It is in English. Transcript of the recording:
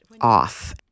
off